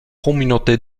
communauté